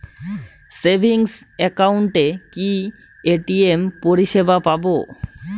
Savings একাউন্টে কি ATM পরিসেবা পাব?